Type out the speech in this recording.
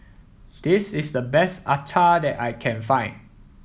this is the best Acar that I can find